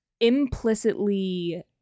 implicitly